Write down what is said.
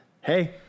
hey